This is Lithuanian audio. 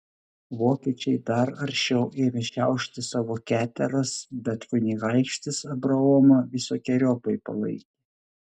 vokiečiai dar aršiau ėmė šiaušti savo keteras bet kunigaikštis abraomą visokeriopai palaikė